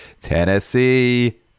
Tennessee